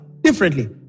differently